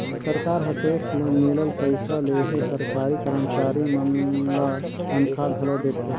सरकार ह टेक्स ले मिलल पइसा ले ही सरकारी करमचारी मन ल तनखा घलो देथे